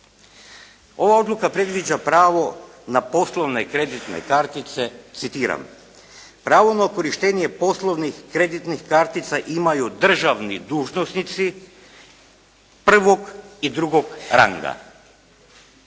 Ova odluka predviđa pravo na poslovne i kreditne kartice, citiram: «Pravo na korištenje poslovnih kreditnih kartica imaju državni dužnosnici prvog i drugog ranga.»